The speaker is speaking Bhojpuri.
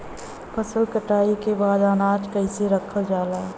फसल कटाई के बाद अनाज के कईसे रखल जाला?